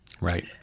Right